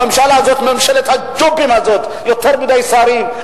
הממשלה הזאת, ממשלת הג'ובים הזאת, יותר מדי שרים.